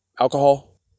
alcohol